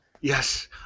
Yes